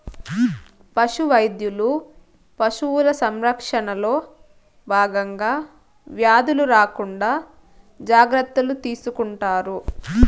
పశు వైద్యులు పశువుల సంరక్షణలో భాగంగా వ్యాధులు రాకుండా జాగ్రత్తలు తీసుకుంటారు